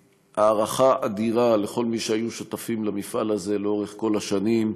והערכה אדירה לכל מי שהיו שותפים למפעל הזה לאורך כל השנים.